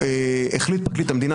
החליט פרקליט המדינה,